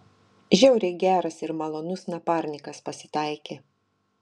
žiauriai geras ir malonus naparnikas pasitaikė